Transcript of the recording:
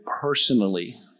personally